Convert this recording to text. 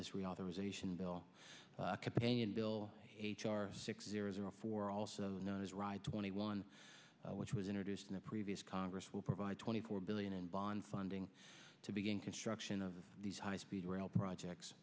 bill a companion bill h r six zero zero four also known as ride twenty one which was introduced in the previous congress will provide twenty four billion in bond funding to begin construction of these high speed rail projects